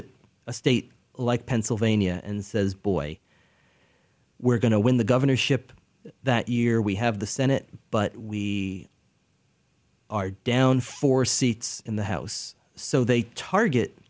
at a state like pennsylvania and says boy we're going to win the governorship that year we have the senate but we are down four seats in the house so they target